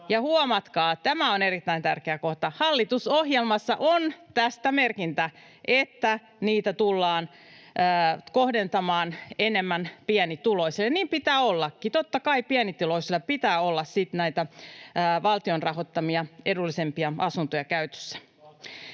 huomatkaa, tämä on erittäin tärkeä kohta: ”Hallitusohjelmassa on tästä merkintä, että niitä tullaan kohdentamaan enemmän pienituloisille.” Niin pitää ollakin, totta kai pienituloisilla pitää olla sitten näitä valtion rahoittamia edullisempia asuntoja käytössä.